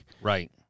Right